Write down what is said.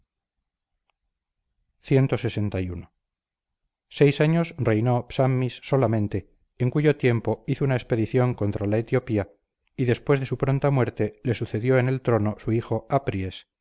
clxi seis años reinó psammis solamente en cuyo tiempo hizo una expedición contra la etiopía y después de su pronta muerte le sucedió en el trono su hijo apries